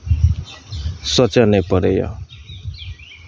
सोचय नहि पड़ैए